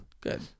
Good